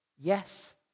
yes